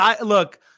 look